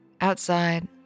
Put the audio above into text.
Outside